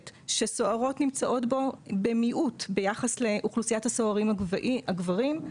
שסוהרות נמצאות בו במיעוט ביחס לאוכלוסיית הסוהרים הגברים.